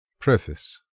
PREFACE